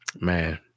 man